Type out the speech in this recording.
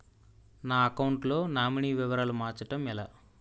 నా అకౌంట్ లో నామినీ వివరాలు మార్చటం ఎలా?